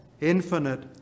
infinite